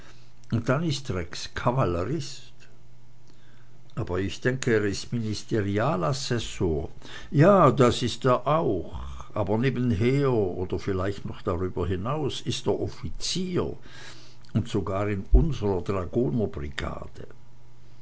und dann ist rex kavallerist aber ich denke er ist ministerialassessor ja das ist er auch aber nebenher oder vielleicht noch darüber hinaus ist er offizier und sogar in unsrer